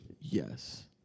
yes